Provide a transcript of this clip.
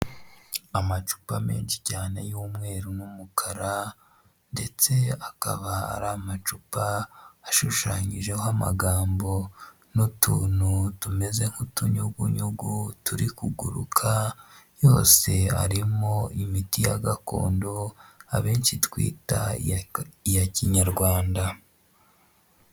Amacupa menshi cyane y'umweru n'umukara ndetse akaba ari amacupa ashushanyijeho amagambo n'utuntu tumeze nk'utunyugunyugu turi kuguruka, yose arimo imiti ya gakondo abenshi twita iya kinyarwanda.